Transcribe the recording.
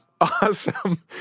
Awesome